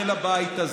של הבית הזה.